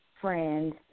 friend